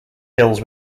hills